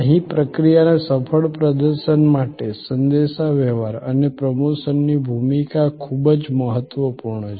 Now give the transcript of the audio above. અહીં પ્રક્રિયાના સફળ પ્રદર્શન માટે સંદેશાવ્યવહાર અને પ્રમોશનની ભૂમિકા ખૂબ જ મહત્વપૂર્ણ છે